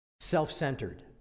self-centered